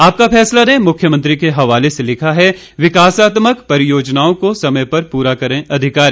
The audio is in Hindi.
आपका फैसला ने मुख्यमंत्री के हवाले से लिखा है विकासात्मक परियोजनाओं को समय पर पूरा करें अधिकारी